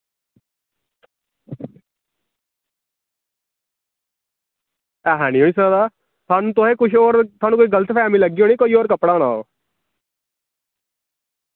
ऐसा निं होई सकदा थुआनू तुसेंगी कुछ होर थुआनूं कोई गलतफैह्मी लग्गी होनी कोई होर कपड़ा होना ओह्